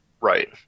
right